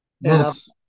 yes